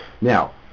Now